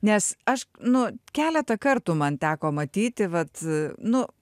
nes aš nu keletą kartų man teko matyti vat nu